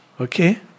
Okay